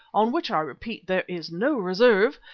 on which i repeat there is no reserve,